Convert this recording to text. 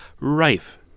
rife